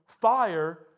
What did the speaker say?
fire